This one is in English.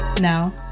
Now